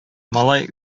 малай